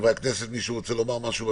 חברי הכנסת, מישהו רוצה לומר משהו?